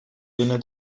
viene